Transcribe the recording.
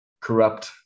Corrupt